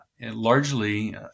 largely